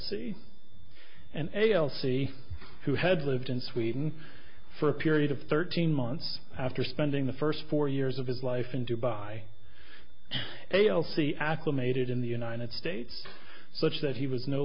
and a l c who had lived in sweden for a period of thirteen months after spending the first four years of his life in dubai a l c acclimated in the united states such that he was no